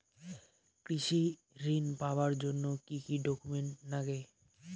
কৃষি ঋণ পাবার জন্যে কি কি ডকুমেন্ট নাগে?